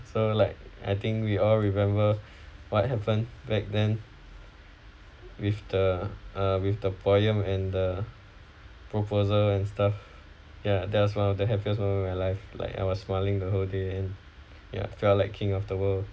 so like I think we all remember what happened back then with the uh with the poem and the proposal and stuff ya that was one of the happiest moment in my life like I was smiling the whole day ya felt like king of the world